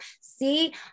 See